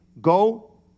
go